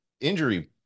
injury